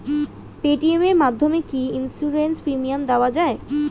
Paytm এর মাধ্যমে কি ইন্সুরেন্স প্রিমিয়াম দেওয়া যায়?